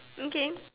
okay